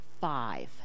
five